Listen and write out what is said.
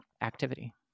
activity